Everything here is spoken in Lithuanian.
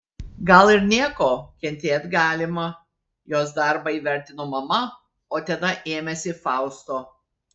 gal ir nieko kentėt galima jos darbą įvertino mama o tada ėmėsi fausto